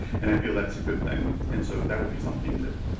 and i feel that's a good thing. and so that would be something that